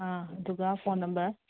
ꯑꯥ ꯑꯗꯨꯒ phone number